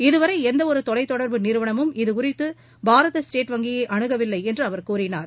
இதுவரை எந்தவொரு தொலை தொடர்பு நிறுவனமும் இதுகுறித்து பாரத ஸ்டேட் வங்கியை அனுகவில்லை என்று அவர் கூறினார்